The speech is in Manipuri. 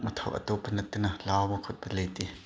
ꯃꯊꯧ ꯑꯇꯣꯞꯄ ꯅꯠꯇꯅ ꯂꯥꯎꯕ ꯈꯣꯠꯄ ꯂꯩꯇꯦ